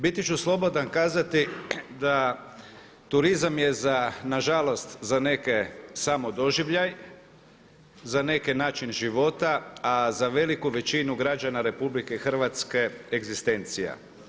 Biti ću slobodan kazati da turizam je za na žalost za neke samo doživljaj, za neke način života, a za veliku većinu građana RH egzistencija.